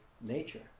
nature